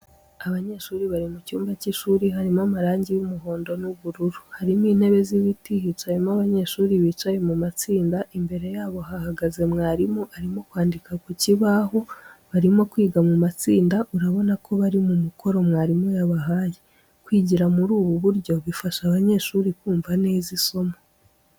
Abanyeshuri bari mu cyumba cy'ishuri harimo amarangi y'umuhondo n'ubururu, harimo intebe z'ibiti hicayemo abanyeshuri bicaye mu matsinda, imbere yabo hahagaze mwarimu arimo kwandika ku kibaho, barimo kwiga mu matsinda, urabona ko bari mu mukoro mwarimu yabahaye. Kwigira muri ubu buryo bifasha abanyeshuri kumva neza isomo.